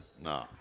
No